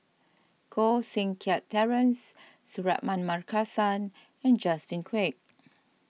Koh Seng Kiat Terence Suratman Markasan and Justin Quek